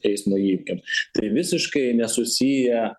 eismo įvykiam tai visiškai nesusiję